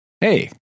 Hey